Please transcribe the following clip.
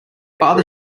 father